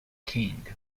king